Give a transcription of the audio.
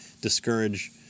discourage